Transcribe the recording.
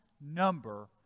number